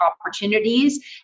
opportunities